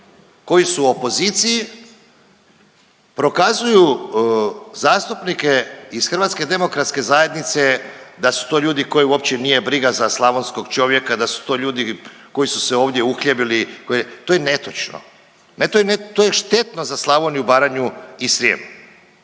koji su u opoziciji prokazuju zastupnike iz HDZ-a da su to ljudi koje uopće nije briga za slavonskog čovjeka, da su to ljudi koji su se ovdje uhljebili koji, to je netočno. Ne, to je štetno za Slavoniju, Baranju i Srijem.